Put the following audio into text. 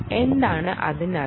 എന്താണ് ഇതിനർത്ഥം